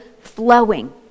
flowing